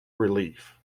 relief